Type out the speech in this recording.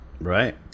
right